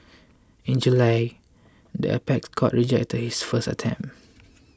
in July the apex court rejected his first attempt